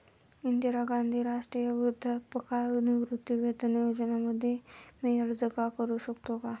इंदिरा गांधी राष्ट्रीय वृद्धापकाळ निवृत्तीवेतन योजना मध्ये मी अर्ज का करू शकतो का?